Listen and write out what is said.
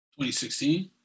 2016